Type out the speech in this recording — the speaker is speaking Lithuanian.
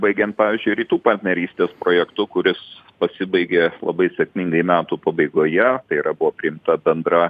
baigiant pavyzdžiui rytų partnerystės projektu kuris pasibaigė labai sėkmingai metų pabaigoje tai yra buvo priimta bendra